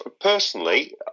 Personally